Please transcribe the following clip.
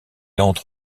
entre